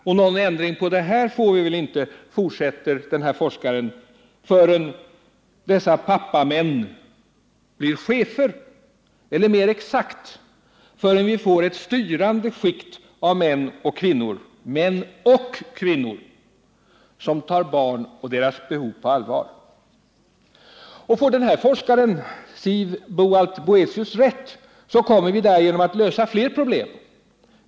— Och någon ändring på detta får vi väl inte, fortsätter denna forskare, förrän dessa ”pappa-män” blir chefer, eller mer exakt, förrän vi får ett styrande skikt av män och kvinnor som tar barn och deras behov på allvar. Får denna forskare rätt, kommer vi därigenom att lösa fler problem.